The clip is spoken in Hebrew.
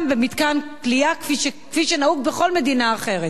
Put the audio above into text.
במתקן כליאה כפי שנהוג בכל מדינה אחרת.